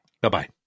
Bye-bye